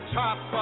top